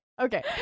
Okay